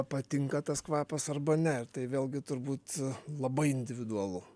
patinka tas kvapas arba ne ir tai vėlgi turbūt labai individualu